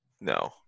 No